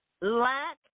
lack